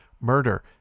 murder